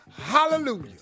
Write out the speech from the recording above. Hallelujah